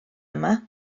yma